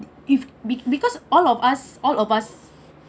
if b~ because all of us all of us